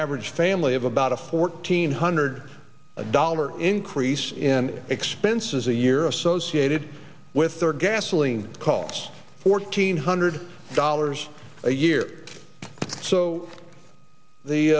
average family of about a fourteen hundred a dollar increase in expenses a year associated with their gasoline costs fourteen hundred dollars a year so the